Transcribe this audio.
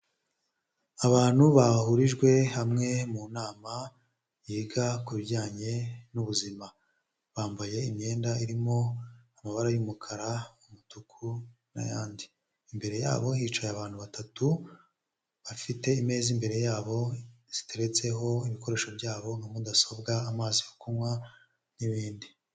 Abantu bahurijwe hamwe mu nama yiga kubijyanye n'ubuzima, bambaye imyenda irimo amabara y'umukara, umutuku n'ayandi, imbere yabo hicaye abantu batatu bafite ameza imbere yabo ziteretseho ibikoresho byabo na mudasobwa, amazi yo kunywa n'ibindi.